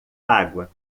água